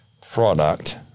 product